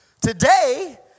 Today